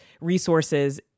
resources